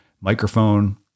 microphone